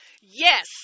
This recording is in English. Yes